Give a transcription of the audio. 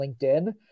LinkedIn